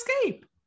escape